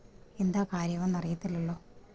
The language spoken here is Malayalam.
എന്താണു കാര്യമെന്നറിയത്തില്ലല്ലോ